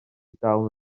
dal